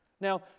Now